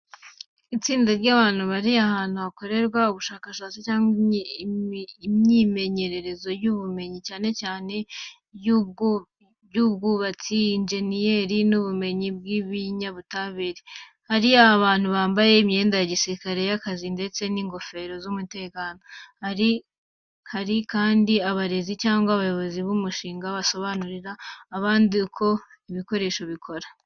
Itsinda ry’abantu bari ahantu hakorerwa ubushakashatsi cyangwa imyimenyerezo y’ubumenyi, cyane cyane mu by'ubwubatsi, injeniyeri, n'ubumenyi bw'ibinyabutabire. Hari abantu bambaye imyenda ya gisirikari y’akazi ndetse n'ingofero z’umutekano. Hari kandi abarezi cyangwa abayobozi b’umushinga basobanurira abandi uko ibikoresho bikora.